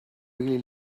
really